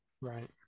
Right